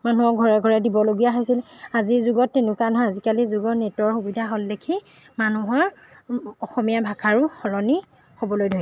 মানুহক ঘৰে ঘৰে দিবলগীয়া হৈছিল আজিৰ যুগত তেনেকুৱা নহয় আজিকালি যুগত নেটৰ সুবিধা হল দেখি মানুহৰ অসমীয়া ভাষাৰো সলনি হ'বলৈ ধৰিলে